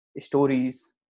stories